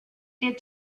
did